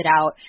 out